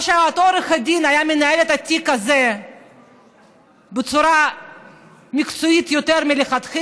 או שאותו עורך דין היה מנהל את התיק הזה בצורה מקצועית יותר מלכתחילה,